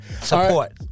support